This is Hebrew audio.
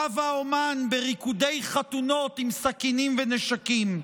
רב-האומן בריקודי חתונות עם סכינים ונשקים.